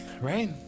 right